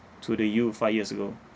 to the you five years ago